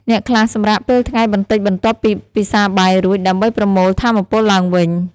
អ្នកខ្លះសម្រាកពេលថ្ងៃបន្តិចបន្ទាប់ពីពិសាបាយរួច ដើម្បីប្រមូលថាមពលឡើងវិញ។